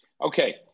Okay